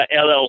LLC